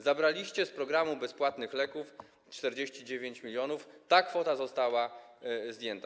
Zabraliście z programu bezpłatnych leków 49 mln, ta kwota została zdjęta.